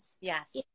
Yes